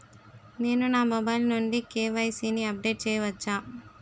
నేను నా మొబైల్ నుండి కే.వై.సీ ని అప్డేట్ చేయవచ్చా?